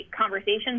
conversation